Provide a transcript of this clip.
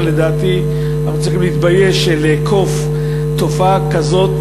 אבל לדעתי אנחנו צריכים להתבייש שלאכוף תופעה כזאת,